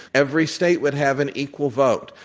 every state would have an equal vote.